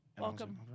Welcome